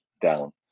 down